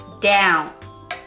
down